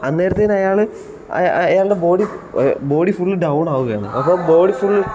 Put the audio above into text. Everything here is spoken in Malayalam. അന്നേരത്തിന് അയാൾ അയാളുടെ ബോഡി ബോഡി ഫുൾ ഡൗൺ ആവുകയാണ് അപ്പോൾ ബോഡി ഫുൾ